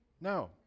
No